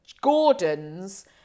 Gordon's